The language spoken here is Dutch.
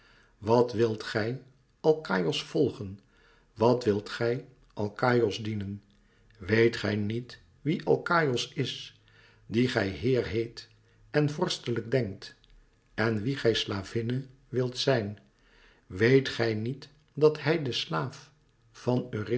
wat wilt gij alkaïos volgen wat wilt gij alkaïos dienen weet gij niet wie alkaïos is dien gij heer heet en vorstelijk denkt en wien gij slavinne wilt zijn weet gij niet dat hij de slaaf van